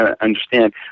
understand